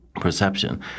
perception